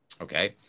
Okay